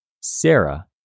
Sarah